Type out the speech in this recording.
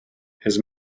his